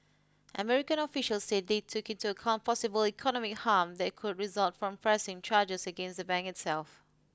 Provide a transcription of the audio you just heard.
American officials said they took into account possible economy harm that could result from pressing charges against the bank itself